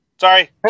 Sorry